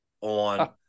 on